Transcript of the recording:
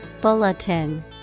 Bulletin